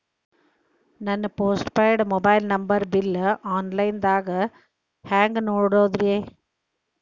ನನ್ನ post paid mobile number bill, online ದಾಗ ಹ್ಯಾಂಗ್ ನೋಡೋದ್ರಿ?